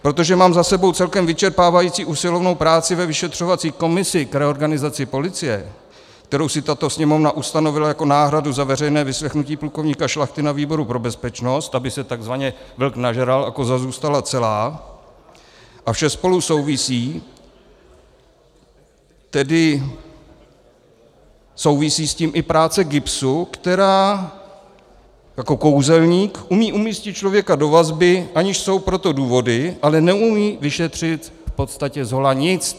Protože mám za sebou celkem vyčerpávající usilovnou práci ve vyšetřovací komisi k reorganizaci policie, kterou si tato Sněmovna ustanovila jako náhradu za veřejné vyslechnutí plukovníka Šlachty na výboru pro bezpečnost, aby se takzvaně vlk nažral a koza zůstala celá, a vše spolu souvisí, tedy souvisí s tím i práce GIBSu, která jako kouzelník umí umístit člověka do vazby, aniž jsou pro to důvody, ale neumí vyšetřit v podstatě zhola nic.